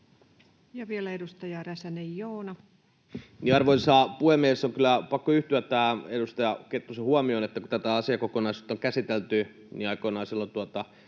Ja vielä edustaja Räsänen, Joona. Arvoisa puhemies! On kyllä pakko yhtyä tähän edustaja Kettusen huomioon, että kun tätä asiakokonaisuutta on käsitelty aikoinaan